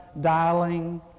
dialing